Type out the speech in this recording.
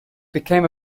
became